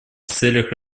целях